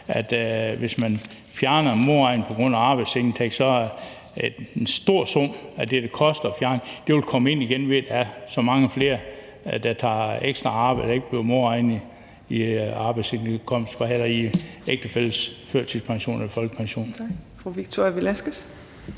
hvis man fjerner modregningen ved arbejdsindtægt, så vil en stor del af det, det koster at fjerne det, komme ind igen ved, at der er så mange flere, der tager ekstra arbejde, når der ikke bliver modregnet i ægtefællens førtidspension eller folkepension.